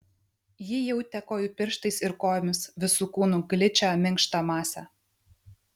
ji jautė kojų pirštais ir kojomis visu kūnu gličią minkštą masę